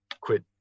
quit